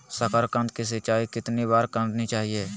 साकारकंद की सिंचाई कितनी बार करनी चाहिए?